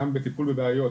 גם בטיפול בבעיות,